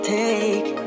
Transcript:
take